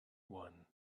one